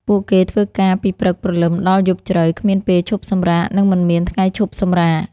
ពួកគេធ្វើការពីព្រឹកព្រលឹមដល់យប់ជ្រៅ គ្មានពេលឈប់សម្រាក និងមិនមានថ្ងៃឈប់សម្រាក។